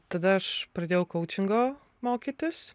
tada aš pradėjau koučingo mokytis